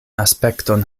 aspekton